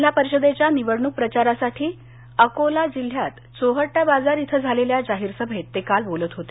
जिल्हा परिषदेच्या निवडणूक प्रचारासाठी अकोला जिल्ह्यात चोहट्टा बाजार इथं झालेल्या जाहीर सभेत ते काल बोलत होते